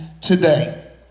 today